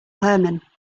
herman